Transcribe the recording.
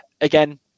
again